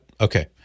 Okay